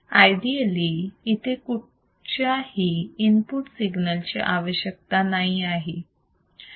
ideally इथे कुठच्या ही इनपुट सिग्नल ची आवश्यकता नाही आहे